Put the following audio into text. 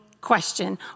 question